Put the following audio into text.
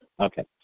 Okay